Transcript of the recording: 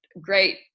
great